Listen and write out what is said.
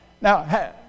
Now